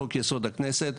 חוק-יסוד הכנסת,